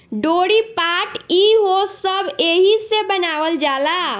डोरी, पाट ई हो सब एहिसे बनावल जाला